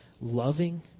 loving